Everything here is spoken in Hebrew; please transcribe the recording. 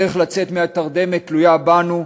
הדרך לצאת מהתרדמת תלויה בנו.